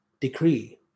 decree